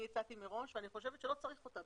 הצעתי מראש ואני חושבת שלא צריך אותה.